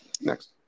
next